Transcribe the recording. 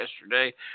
Yesterday